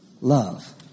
love